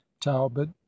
talbot